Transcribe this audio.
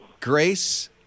Grace